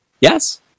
Yes